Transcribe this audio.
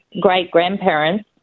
great-grandparents